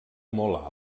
molt